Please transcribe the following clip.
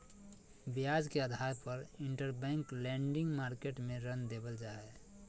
ब्याज के आधार पर इंटरबैंक लेंडिंग मार्केट मे ऋण देवल जा हय